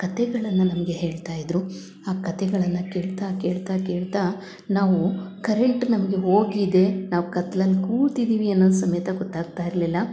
ಕತೆಗಳನ್ನು ನಮಗೆ ಹೇಳ್ತಾಯಿದ್ದರು ಆ ಕತೆಗಳನ್ನು ಕೇಳ್ತಾ ಕೇಳ್ತಾ ಕೇಳ್ತಾ ನಾವು ಕರೆಂಟ್ ನಮಗೆ ಹೋಗಿದೆ ನಾವು ಕತ್ಲಲ್ಲಿ ಕೂತಿದ್ದೀವಿ ಅನ್ನೋದು ಸಮೇತ ಗೊತ್ತಾಗ್ತ ಇರಲಿಲ್ಲ